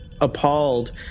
appalled